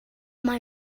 mae